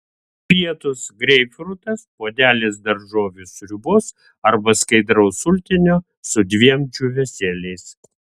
pietūs greipfrutas puodelis daržovių sriubos arba skaidraus sultinio su dviem džiūvėsėliais